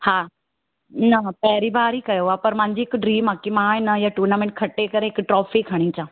हा न पहिरीं बार ई कयो आहे पर मुंहिंजी हिकु ड्रीम आहे की मां आइनि इहा टूर्नामेंट खटे करे हिक ट्रोफ़ी खणी अचा